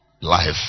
life